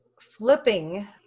flipping